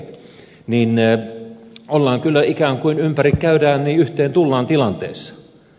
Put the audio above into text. niin että ollaan kyllä ikään kuin ympäri käydään yhteen tullaan tilanteessa